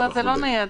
זה לא נייד.